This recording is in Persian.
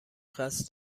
قصد